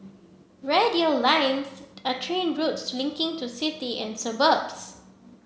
radial lines are train routes linking to city and suburbs